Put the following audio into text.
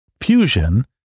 fusion